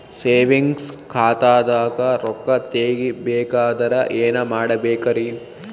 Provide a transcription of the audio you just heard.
Savings ಖಾತಾದಾಗ ರೊಕ್ಕ ತೇಗಿ ಬೇಕಾದರ ಏನ ಮಾಡಬೇಕರಿ?